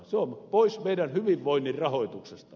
se on poissa meidän hyvinvointimme rahoituksesta